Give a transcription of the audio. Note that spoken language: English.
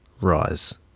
rise